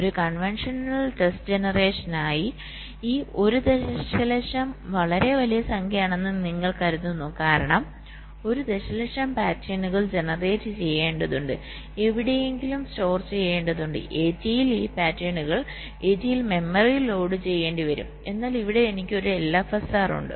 ഒരു conventional test ജനറേഷനായി ഈ 1 ദശലക്ഷം വളരെ വലിയ സംഖ്യയാണെന്ന് നിങ്ങൾ കരുതുന്നു കാരണം 1 ദശലക്ഷം പാറ്റേണുകൾ ജനറേറ്റ് ചെയ്യേണ്ടതുണ്ട് എവിടെയെങ്കിലും സ്റ്റോർ ചെയ്യേണ്ടതുണ്ട് ATE ൽ ഈ പാറ്റേൺ ATE മെമ്മറിയിൽ ലോഡ് ചെയ്യേണ്ടിവരും എന്നാൽ ഇവിടെ എനിക്ക് ഒരു LFSR ഉണ്ട്